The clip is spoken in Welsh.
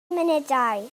munudau